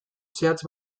zehatz